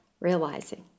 realizing